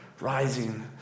rising